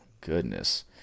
Goodness